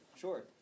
Sure